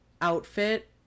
outfit